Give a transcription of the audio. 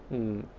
mm